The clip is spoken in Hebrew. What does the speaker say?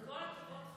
כל הכבוד, חיים.